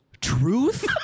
Truth